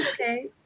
Okay